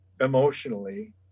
emotionally